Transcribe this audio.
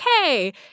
okay